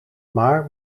maar